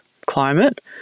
climate